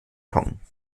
beton